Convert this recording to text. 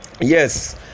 yes